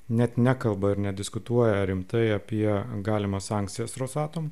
net nekalba ir nediskutuoja rimtai apie galimas sankcijas rosatom